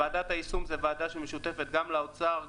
ועדת היישום היא ועדה שמשותפת גם לאוצר,